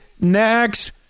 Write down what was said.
next